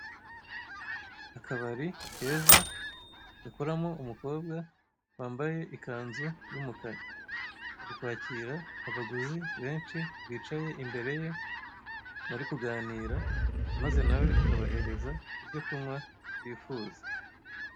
Akabari keza gakoramo umukobwa wambaye ikanzu y'umukara, ari kwakira abaguzi benshi bicaye imbere ye bari kuganira maze nawe akabahereza ibyo kunywa bifuza.